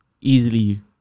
easily